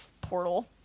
portal